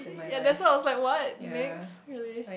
ya that's why I was like what next really